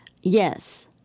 yes